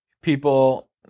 People